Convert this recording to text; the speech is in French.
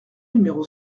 numéro